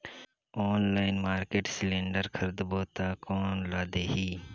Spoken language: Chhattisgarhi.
ऑनलाइन मार्केट सिलेंडर खरीदबो ता कोन ला देही?